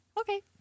Okay